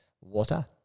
Water